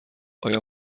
ایا